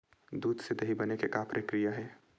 दूध से दही बने के का प्रक्रिया हे?